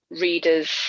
readers